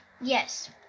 Yes